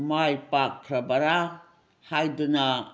ꯃꯥꯏ ꯄꯥꯛꯈ꯭ꯔꯕꯔꯥ ꯍꯥꯏꯗꯨꯅ